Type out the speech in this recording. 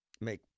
make